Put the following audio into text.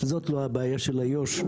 זאת לא הבעיה של איו"ש.